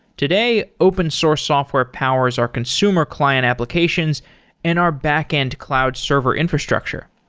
today, open source software powers are consumer client applications and our backend cloud server infrastructure.